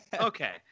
Okay